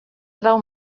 trau